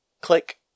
click